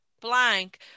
blank